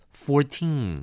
fourteen